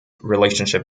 relationship